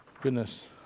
Goodness